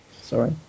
Sorry